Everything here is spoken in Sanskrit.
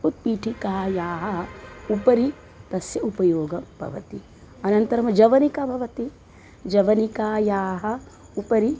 उत्पीठिकायाः उपरि तस्य उपयोगः भवति अनन्तरं जवनिका भवति जवनिकायाः उपरि